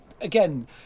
again